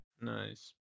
Nice